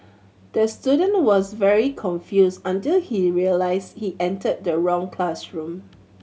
the student was very confused until he realised he entered the wrong classroom